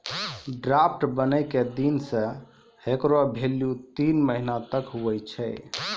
draft बनै के दिन से हेकरो भेल्यू तीन महीना तक हुवै छै